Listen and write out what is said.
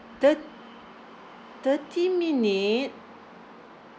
thirt~ thirty minute